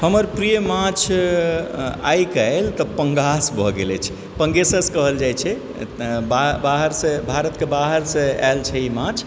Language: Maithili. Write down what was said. हमर प्रिय माछ आइ काल्हि तऽ पंगास भऽ गेल अछि पंगेसस कहल जाइत छै बा बाहरसँ भारतके बाहरसँ आयल छै ई माछ